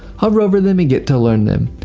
hover over them and get to learn them.